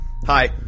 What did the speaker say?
Hi